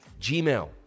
Gmail